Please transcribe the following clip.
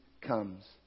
comes